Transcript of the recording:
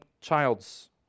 child's